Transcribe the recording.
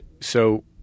So-